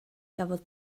gafodd